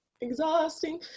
exhausting